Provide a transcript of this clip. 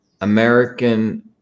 American